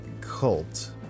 cult